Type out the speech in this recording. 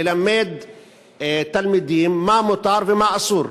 שילמדו תלמידים מה מותר ומה אסור.